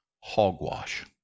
hogwash